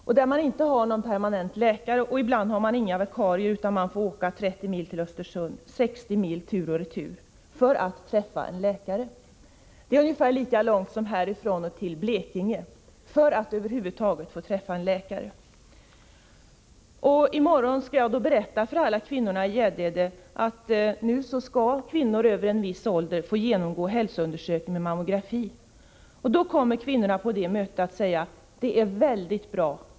Där har man inte någon permanent läkare, och ibland finns det inte vikarie, utan man får åka de 30 milen till Östersund — 60 mil tur och retur — för att träffa en läkare. Det är ungefär lika långt som härifrån och till Blekinge. Den sträckan måste man alltså åka för att över huvud taget få träffa en läkare. Vid mötet i morgon skall jag berätta för alla kvinnorna i Gäddede, att nu skall kvinnor över en viss ålder få genomgå hälsoundersökning med mammografi. Då kommer kvinnorna på det mötet att säga: Det är väldigt bra.